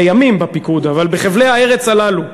לימים בפיקוד, אבל בחבלי הארץ הללו.